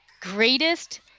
greatest